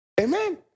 Amen